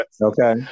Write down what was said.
Okay